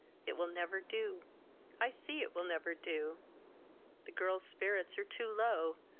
it will never do i see it will never do the girl's spirits are too low,